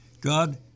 God